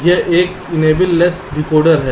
यह एक enable less decoder है